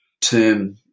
term